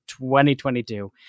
2022